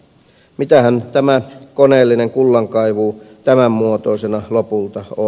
mitähän tämä koneellinen kullankaivu tämän muotoisena lopulta on